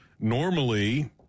Normally